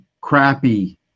crappy